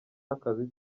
akazi